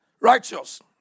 righteous